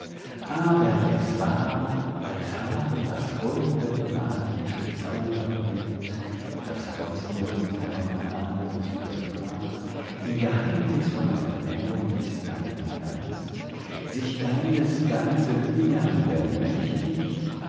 aber es war als habe das holde magische zauberbild das sonst nur in fernen ahnungen zu dir sprach in geheimnisvoller vermählung mit deinem geist sich deines ganzen innern bemächtigt